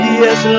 yes